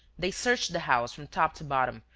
they searched the house from top to bottom,